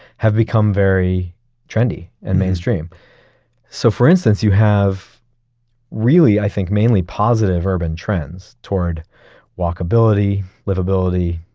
have become very trendy and mainstream so, for instance, you have really, i think, mainly positive urban trends toward walkability, livability,